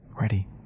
Ready